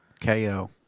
KO